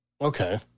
Okay